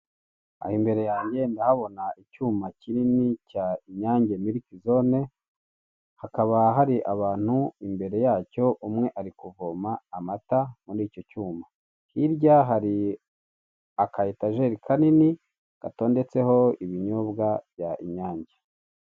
Aha imbere yanjye ndahabona icyuma kinini cya Inyange miliki zone hakaba hari abantu imbere yacyo umwe ari kuvoma amata muri icyo cyuma, hirya hari aka etajeri kanini gatondetseho ibinyobwa bya Inyange.